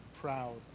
proud